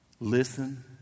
Listen